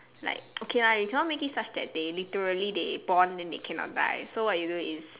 like okay lah you cannot make it such that they literally they born then they cannot die so what you do is